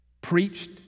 preached